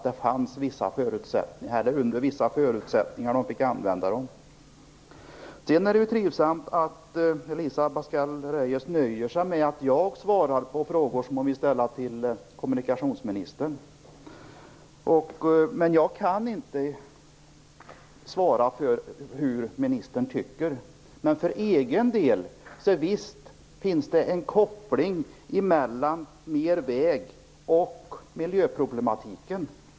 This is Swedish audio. Det var ju under vissa förutsättningar man fick använda dem. Sedan är det trivsamt att Elisa Abascal Reyes nöjer sig med att jag svarar på frågor som hon vill ställa till kommunikationsministern. Jag kan inte svara för hur ministern tycker, men för egen del kan jag säga att visst finns det en koppling mellan mer väg och miljöproblematiken.